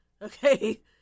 Okay